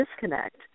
disconnect